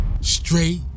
straight